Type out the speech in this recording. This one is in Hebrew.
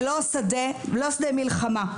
ולא שדה מלחמה.